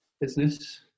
business